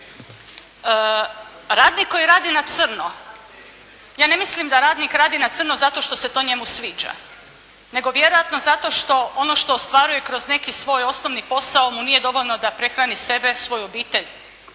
Radnik koji radi na crno. Ja ne mislim da radnik radi na crno zato što se to njemu sviđa, nego vjerojatno zato što ono što ostvaruje kroz neki svoj osnovni posao mu nije dovoljno da prehrani sebe, svoju obitelj